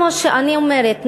כמו שאני אומרת,